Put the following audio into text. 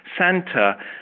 Santa